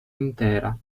intera